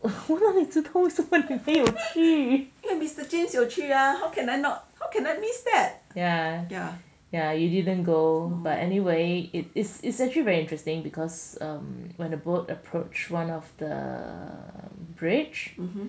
我那里知道为什么你没有去 yeah yeah you didn't go but anyway it is it's actually very interesting because um when a boat approach one of the bridge